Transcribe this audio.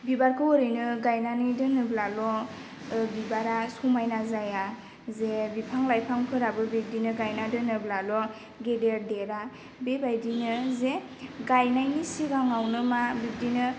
बिबारखौ ओरैनो गायनानै दोनोब्लाल' बिबारा समायना जाया जे बिफां लाइफांफोराबो बिब्दिनो गायना दोनोब्लाल' गेदेर देरा बेबायदिनो जे गायनायनि सिगाङावनो मा बिब्दिनो